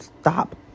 stop